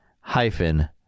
hyphen